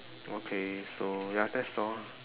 okay so ya that's all